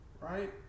right